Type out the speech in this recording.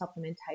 supplementation